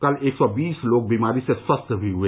कल एक सौ बीस लोग बीमारी से स्वस्थ भी हुए